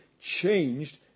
changed